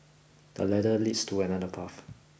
the ladder leads to another path